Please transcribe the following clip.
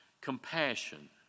compassion